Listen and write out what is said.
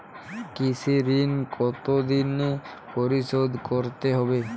কৃষি ঋণ কতোদিনে পরিশোধ করতে হবে?